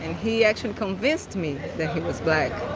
he actually convinced me that he was black